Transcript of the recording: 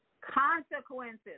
consequences